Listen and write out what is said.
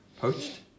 Poached